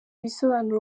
bisobanuro